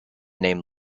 name